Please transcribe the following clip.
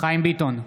חיים ביטון,